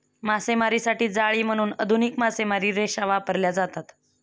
मासेमारीसाठी जाळी म्हणून आधुनिक मासेमारी रेषा वापरल्या जातात